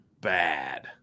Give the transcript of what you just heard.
bad